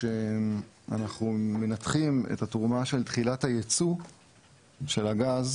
וכשאנחנו מנתחים את התרומה של תחילת הייצוא של הגז